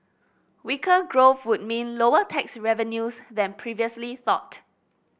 weaker growth would mean lower tax revenues than previously thought